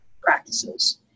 practices